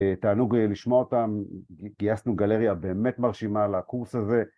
תענוג לשמוע אותם, גייסנו גלריה באמת מרשימה לקורס הזה